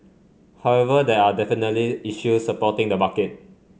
however there are definitely issues supporting the market